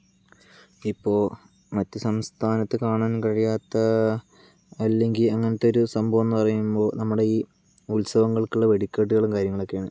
ഇപ്പോൾ മറ്റു സംസ്ഥാനത്ത് കാണാൻ കഴിയാത്ത അല്ലെങ്കിൽ അങ്ങനത്തെ ഒരു സംഭവമെന്ന് പറയുമ്പോൾ നമ്മുടെ ഈ ഉത്സവങ്ങൾക്കുള്ള വെടിക്കെട്ടുകളും കാര്യങ്ങളൊക്കെയാണ്